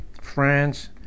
France